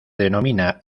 denomina